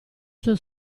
suo